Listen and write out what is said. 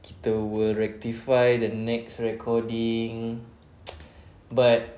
kita will rectify the next recording but